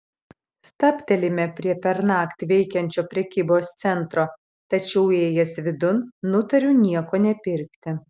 stabtelime prie pernakt veikiančio prekybos centro tačiau įėjęs vidun nutariu nieko nepirkti